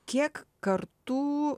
kiek kartų